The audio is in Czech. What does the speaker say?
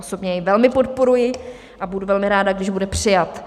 Osobně jej velmi podporuji a budu velmi ráda, když bude přijat.